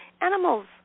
Animals